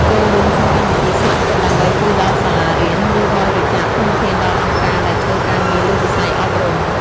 ចូលរួមក្នុងកម្មវិធីស្ម័គ្រចិត្តដើម្បីជួយដល់សាលារៀន ឬបរិច្ចាគធនធានដល់អង្គការដែលធ្វើការងារលើវិស័យអប់រំ។